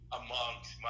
amongst